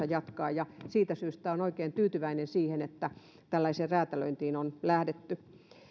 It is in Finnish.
jatkaa ja siitä syystä olen oikein tyytyväinen siihen että tällaiseen räätälöintiin on lähdetty